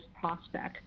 prospect